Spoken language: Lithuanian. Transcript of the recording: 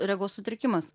regos sutrikimas